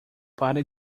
pare